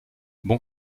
bon